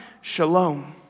Shalom